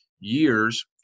years